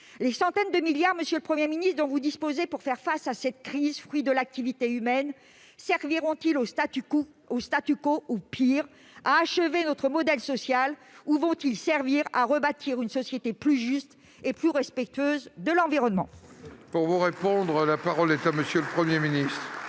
Les centaines de milliards d'euros dont vous disposez pour faire face à cette crise, fruit de l'activité humaine, serviront-ils au ou, pis, à achever notre modèle social ? Ou bien serviront-ils à rebâtir une société plus juste et plus respectueuse de l'environnement ?